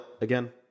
again